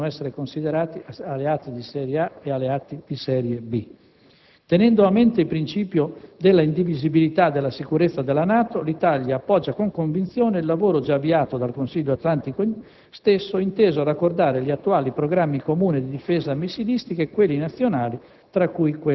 che possano essere considerati alcuni alleati di serie A, altri alleati di serie B. In secondo luogo, tenendo a mente il principio della indivisibilità della sicurezza della NATO, l'Italia appoggia con convinzione il lavoro già avviato dal Consiglio atlantico stesso, inteso a raccordare gli attuali programmi comuni di difesa missilistica e quelli nazionali,